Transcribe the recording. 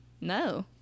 No